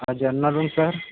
और general room sir